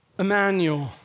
Emmanuel